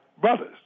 brothers